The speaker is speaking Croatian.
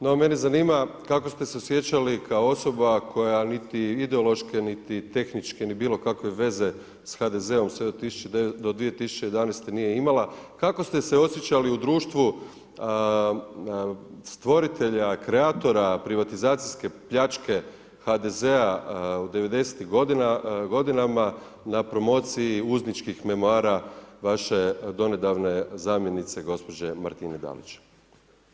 No, mene zanima, kako ste se osjećali kao osoba koja niti ideološki niti tehničke, niti bilo kakve veze s HDZ-om sve do 2011. nije imala, kako ste se osjećali u društvu stvoritelja kreatora, privatizacijske pljačke HDZ-a u '90. g. na promociji uzničkih memoara vaše donedavne zamjenice gđe. Martine Dalić?